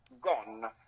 gone